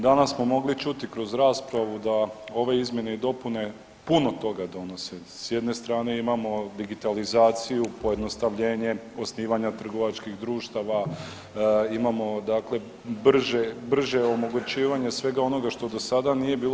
Danas smo mogli čuti kroz raspravu da ove izmjene i dopune puno toga donose, s jedne strane imamo digitalizaciju, pojednostavljenje osnivanja trgovačkih društava, imamo brže omogućivanje svega onoga što do sada nije bilo.